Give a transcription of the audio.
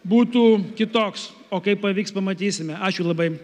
būtų kitoks o kaip pavyks pamatysime ačiū labai